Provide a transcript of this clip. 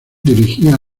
dirigía